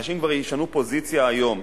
אנשים כבר ישנו פוזיציה היום,